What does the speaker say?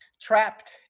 trapped